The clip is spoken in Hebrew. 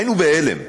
היינו בהלם.